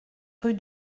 rue